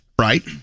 Right